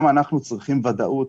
גם אנחנו צריכים ודאות,